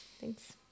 thanks